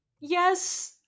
Yes